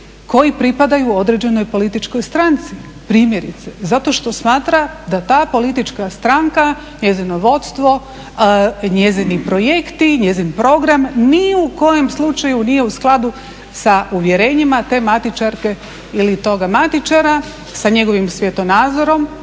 koji pripadaju određenoj političkoj stranci primjerice zato što smatra da ta politička stranka, njezino vodstvo, njezini projekti, njezin program ni u kojem slučaju nije u skladu sa uvjerenjima te matičarke ili toga matičara sa njegovim svjetonadzorom